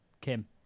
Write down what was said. Kim